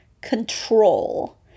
control